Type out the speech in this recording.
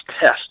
test